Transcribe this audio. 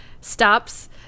stops